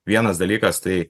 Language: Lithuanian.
vienas dalykas tai